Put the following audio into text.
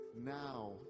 Now